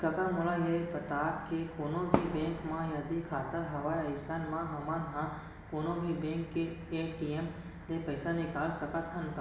कका मोला ये बता के कोनों भी बेंक म यदि खाता हवय अइसन म हमन ह कोनों भी बेंक के ए.टी.एम ले पइसा निकाल सकत हन का?